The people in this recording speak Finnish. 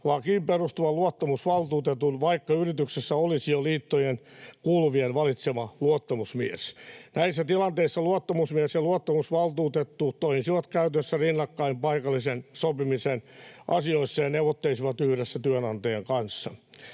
lakiin perustuvan luottamusvaltuutetun, vaikka yrityksessä olisi jo liittoihin kuuluvien valitsema luottamusmies. Näissä tilanteissa luottamusmies ja luottamusvaltuutettu toimisivat käytännössä rinnakkain paikallisen sopimisen asioissa ja neuvottelisivat yhdessä työnantajan kanssa.